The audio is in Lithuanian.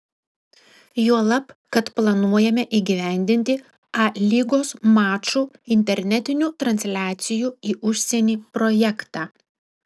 juolab kad planuojame įgyvendinti a lygos mačų internetinių transliacijų į užsienį projektą